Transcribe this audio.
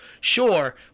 sure